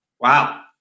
Wow